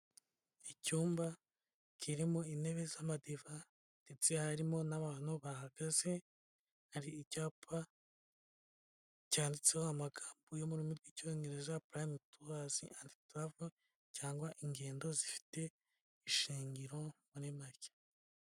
Icyumba kirimo intebe z'amadiva ndetse harimo n'abantu bahagaze, hari icyapa cyanditseho amagambo yo mu rurimi rw'Icyongereza purayimu tuwazi andi taravo cyangwa ingendo zifite ishingiro muri make.